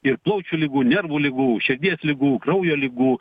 ir plaučių ligų nervų ligų širdies ligų kraujo ligų